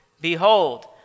behold